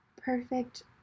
perfect